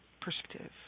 perspective